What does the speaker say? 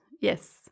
Yes